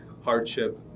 hardship